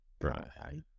Right